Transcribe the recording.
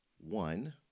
one